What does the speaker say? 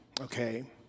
okay